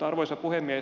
arvoisa puhemies